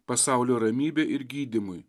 pasaulio ramybe ir gydymui